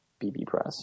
BBPress